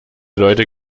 leute